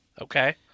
Okay